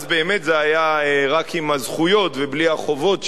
אז באמת זה היה רק עם הזכויות ובלי החובות,